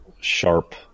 sharp